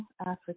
Africa